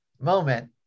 moment